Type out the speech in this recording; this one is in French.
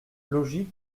logique